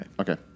Okay